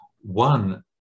one